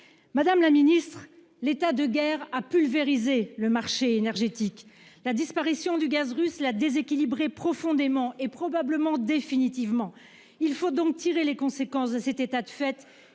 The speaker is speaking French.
Madame la Ministre l'état de guerre a pulvérisé le marché énergétique, la disparition du gaz russe la déséquilibrer profondément et probablement définitivement. Il faut donc tiré les conséquences de cet état de fait